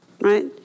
right